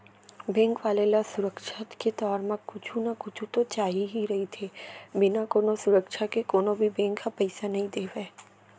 bank वाले ल सुरक्छा के तौर म कुछु न कुछु तो चाही ही रहिथे, बिना कोनो सुरक्छा के कोनो भी बेंक ह पइसा नइ देवय